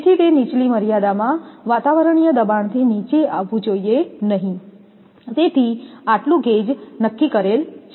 તેથી તે નીચલી મર્યાદામાં વાતાવરણીય દબાણ થી નીચે આવવું જોઈએ નહીં તેથી આટલું ગેજ નક્કી કરેલ છે